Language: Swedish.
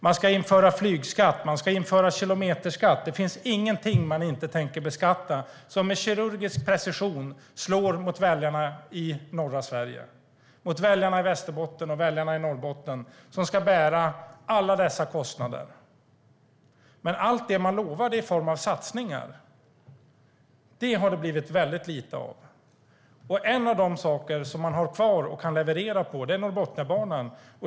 Man ska införa flygskatt, och man ska införa kilometerskatt. Det finns ingenting som man inte tänker beskatta som inte med kirurgisk precision slår mot väljarna i norra Sverige. Det slår mot väljarna i Västerbotten och väljarna i Norrbotten. De ska bära alla dessa kostnader. Allt det man lovade i form av satsningar har det dock blivit väldigt lite av. En av de saker som man har kvar att leverera gäller Norrbotniabanan.